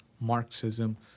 Marxism